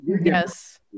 Yes